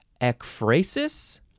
ekphrasis